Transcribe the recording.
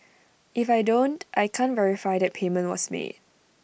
if I don't I can't verify that payment was made